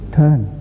turn